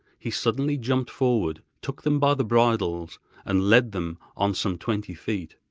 he suddenly jumped forward, took them by the bridles and led them on some twenty feet.